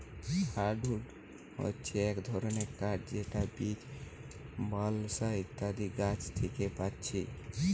hardwood হচ্ছে এক ধরণের কাঠ যেটা বীচ, বালসা ইত্যাদি গাছ থিকে পাচ্ছি